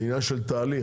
וזה עניין של תהליך.